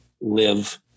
live